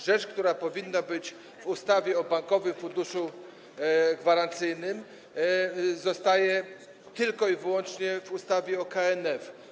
Rzecz, która powinna być w ustawie o Bankowym Funduszu Gwarancyjnym, zostaje tylko i wyłącznie w ustawie o KNF.